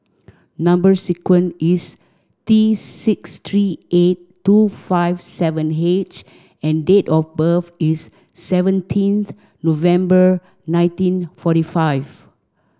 number sequence is T six three eight two five seven H and date of birth is seventeenth November nineteen forty five